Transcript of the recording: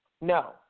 No